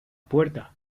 puerta